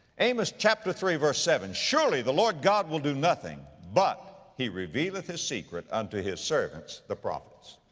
amos chapter three verse seven, surely the lord god will do nothing, but he revealeth his secret unto his servants the prophets.